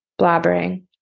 blabbering